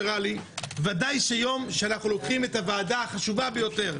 ודאי שיום שאנחנו לוקחים את הוועדה החשובה ביותר,